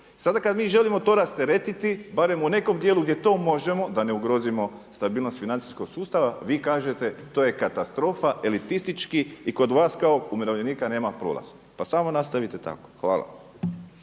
Sada kada mi želimo to rasteretiti barem u nekom dijelu gdje to možemo da ne ugrozimo stabilnost financijskog sustava, vi kažete to je katastrofa elitistički i kod vas kao umirovljenika nema prolaz. Pa samo nastavite tako. Hvala.